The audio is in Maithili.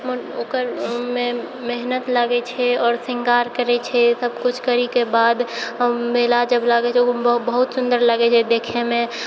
ओकरमे मेहनत लागै छै आओर शृङ्गार करै छै सब कुछ करैके बाद हम जब मेला लागै छै तऽ ओ बहुत सुन्दर लागै छै देखैमे